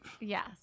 Yes